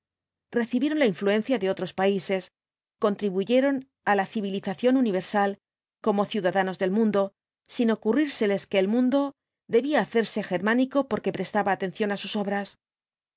recibieron la influencia de otros países contribuyeron á la civilización universal como ciudadanos del mundo sin ocurrírseles que el mundo debía hacerse germánico porque prestaba atención á sus obras